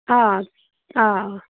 آ آ